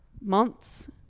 months